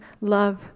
love